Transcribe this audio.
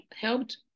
helped